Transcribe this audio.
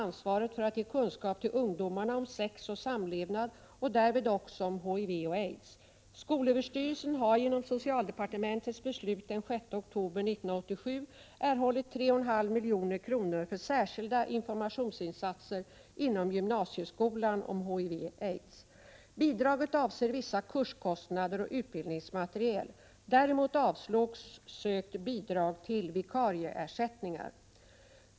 ansvaret för att ge kunskap till ungdomarna om sex och samlevnad och därvid också om HIV och aids. Skolöverstyrelsen har genom socialdepartementets beslut den 6 oktober 1987 erhållit 3,5 milj.kr. för särskilda informationsinsatser inom gymnasieskolan om HIV/aids. Bidraget avser vissa kurskostnader och utbildningsmaterial. Däremot avslogs sökt bidrag till vikarieersättningar.